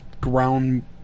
ground